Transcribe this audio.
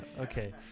okay